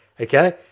Okay